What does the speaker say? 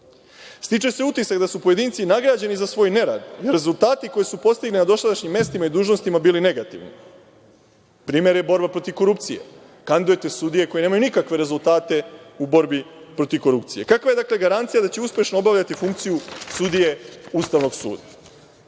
se utisak da su pojedinci nagrađeni za svoj nerad jer su rezultati koje su postigli na dosadašnjim mestima i dužnostima bili negativni. Primer je borba protiv korupcije. Kandidujete sudije koje nemaju nikakve rezultate u borbi protiv korupcije. Kakva je, dakle, garancija da će uspešno obavljati funkciju sudije Ustavnog suda? Imate